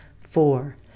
Four